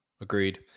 Agreed